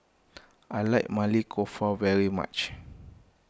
I like Maili Kofta very much